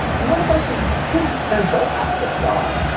and what about the quintessential act of god,